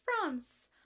France